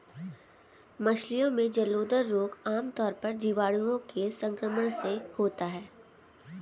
मछली में जलोदर रोग आमतौर पर जीवाणुओं के संक्रमण से होता है